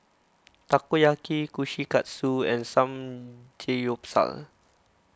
Takoyaki Kushikatsu and Samgeyopsal